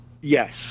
Yes